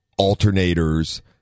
alternators